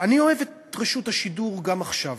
שאני אוהב את רשות השידור גם עכשיו.